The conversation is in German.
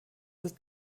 ist